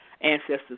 ancestors